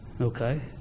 Okay